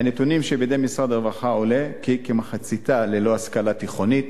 מהנתונים שבידי משרד הרווחה עולה כי כמחציתם ללא השכלה תיכונית,